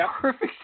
perfect